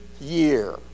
year